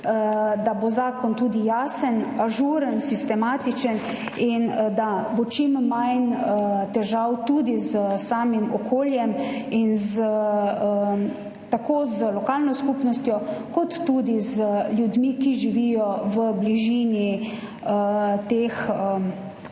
da bo zakon tudi jasen, ažuren, sistematičen in da bo čim manj težav tudi s samim okoljem in tako z lokalno skupnostjo kot tudi z ljudmi, ki živijo v bližini teh vetrnih